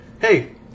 Hey